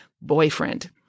boyfriend